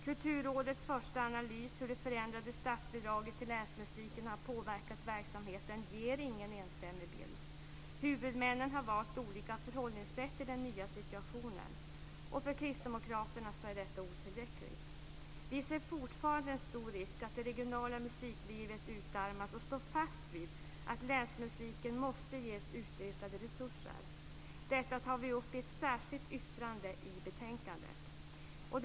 Kulturrådets första analys om hur det förändrade statsbidraget till länsmusiken har påverkat verksamheten ger ingen enstämmig bild. Huvudmännen har valt olika förhållningssätt till den nya situationen. För kristdemokraterna är detta otillräckligt. Vi ser fortfarande en stor risk att det regionala musiklivet utarmas, och vi står fast vi att länsmusiken måste ges utökade resurser. Detta tar vi upp i ett särskilt yttrande i betänkandet.